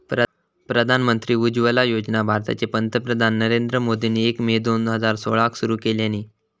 प्रधानमंत्री उज्ज्वला योजना भारताचे पंतप्रधान नरेंद्र मोदींनी एक मे दोन हजार सोळाक सुरू केल्यानी